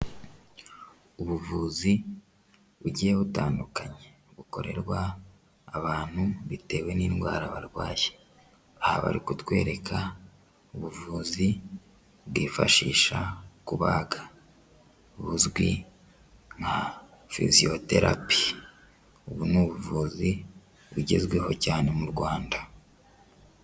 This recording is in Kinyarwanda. Ubuvuzi bugiye butandukanye bukorerwa abantu bitewe n'indwara barwaye, aha bari kutwereka ubuvuzi bwifashisha kubaga buzwi nka fiziyoterapi, ubu ni ubuvuzi bugezweho cyane mu Rwanda